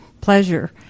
pleasure